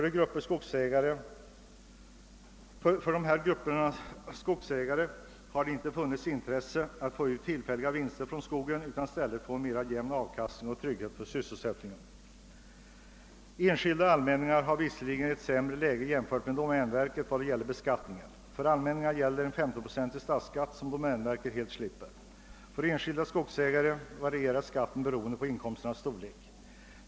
Dessa grupper skogsägare har ej haft intresse av att få ut tillfälliga vinster från skogen utan har i stället velat få en jämn avkastning och trygghet när det gäller sysselsättningen. Enskilda skogsägare och allmänningar har ett sämre läge än domänverket vid beskattningen. För allmänningarna gäller en 15-procentig statsskatt, som domänverket helt slipper. För enskilda skogsägare varierar skatten, beroende på inkomsternas storlek.